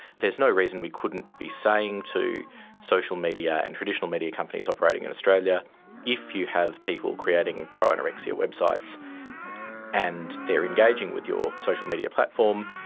there's no reason we couldn't be saying to social media and traditional media companies operating in australia if you have people creating pro-anorexia websites and they are engaging with your social media platform,